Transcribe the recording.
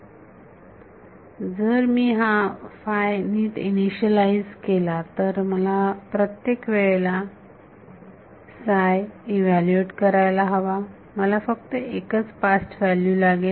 आता जर मी हा नीट इनिशियालाइज केला तर मला प्रत्येक वेळेला साय इव्हॅल्यूएट करायला हवा मला फक्त एकच पास्ट व्हॅल्यू लागेल